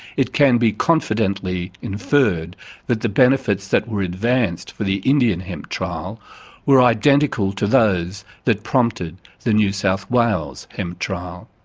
it can be confidently inferred that the benefits that were advanced for the indian hemp trial were identical to those that prompted the new south wales hemp trial.